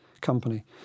company